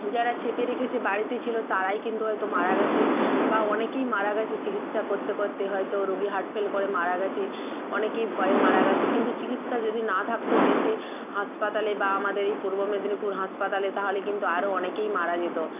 যারা চেপে রেখেছে বাড়িতে ছিলো তারাই কিন্তু হয়তো মারা গেচে বা অনেকেই মারা গেছে চিকিৎসা করতে করতে হয়তো রোগী হার্ট ফেল করে মারা গেছে অনেকেই ভয়ে মারা গেছে কিন্তু চিকিৎসা যদি না থাকত দেশে হাসপাতালে বা আমাদের এই পূর্ব মেদিনীপুর হাসপাতালে তাহলে কিন্তু আরও অনেকেই মারা যেত